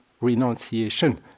renunciation